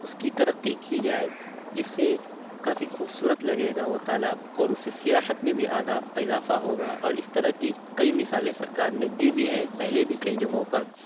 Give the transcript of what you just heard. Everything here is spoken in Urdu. اُس کی ترقی کی جائے جس سے کافی خوبصورت لگے گا وہ تالاب اور اُس سے سیاحت میں بھی اضافہ ہوگا اور اِس طرح کی کئی مثالیں سرکار نے دی بھی ہیں پہلے بھی کئی جگہوں پر